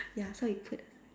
ya so we put